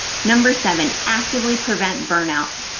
number seven, actively prevents burnout.